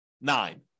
nine